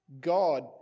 God